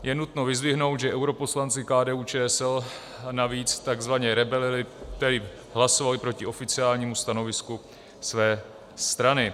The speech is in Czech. Je nutno vyzdvihnout, že europoslanci KDUČSL navíc takzvaně rebelili, tedy hlasovali proti oficiálnímu stanovisku své strany.